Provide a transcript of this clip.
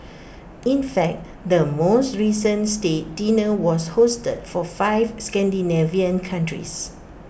in fact the most recent state dinner was hosted for five Scandinavian countries